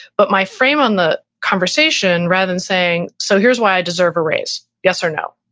but my frame on the conversation rather than saying, so here's why i deserve a raise, yes or no,